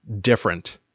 different